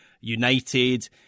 United